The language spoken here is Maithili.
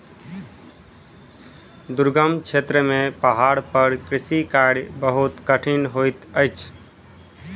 दुर्गम क्षेत्र में पहाड़ पर कृषि कार्य बहुत कठिन होइत अछि